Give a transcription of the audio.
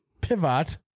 Pivot